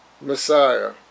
Messiah